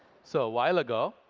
so a while ago,